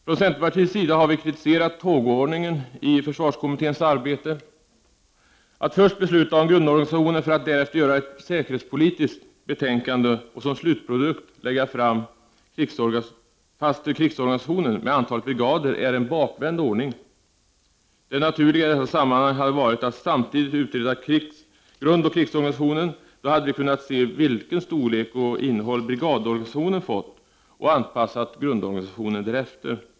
Från centerpartiets sida har vi kritiserat tågordningen i försvarskommitténs arbete. Att först besluta om grundorganisationen för att därefter skriva ett säkerhetspolitiskt betänkande och som slutprodukt lägga fast krigsorganisationen med antalet brigader är en bakvänd ordning. Det naturliga i detta sammanhang hade varit att samtidigt utreda grundoch krigsorganisationen. Då hade vi kunnat se vilken storlek och vilket innehåll brigadorganisationen fått och anpassat grundorganisationen därefter.